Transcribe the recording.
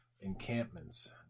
encampments